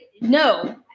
No